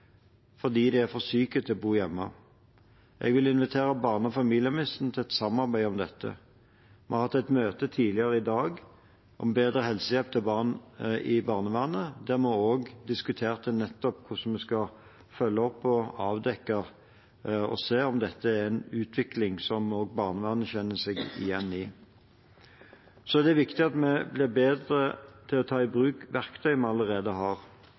fordi de er for syke til å bo hjemme. Jeg vil invitere barne- og familieministeren til et samarbeid om dette. Vi har hatt et møte tidligere i dag om bedre helsehjelp til barn i barnevernet, der vi også diskuterte nettopp hvordan vi skal følge opp og avdekke og se om dette er en utvikling som barnevernet kjenner seg igjen i. Så er det viktig at vi blir bedre til å ta i bruk verktøy vi allerede har.